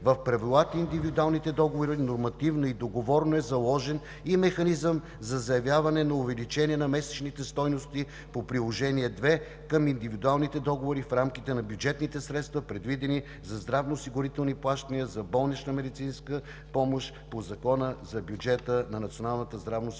В правилата и индивидуалните договори нормативно и договорно е заложен и механизъм за заявяване на увеличение на месечните стойности по Приложение № 2 към индивидуалните договори в рамките на бюджетните средства, предвидени за здравноосигурителни плащания за болнична медицинска помощ по Закона за бюджета на